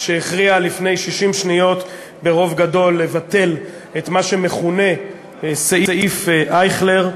שהכריעה לפני 60 שניות ברוב גדול לבטל את מה שמכונה "סעיף אייכלר".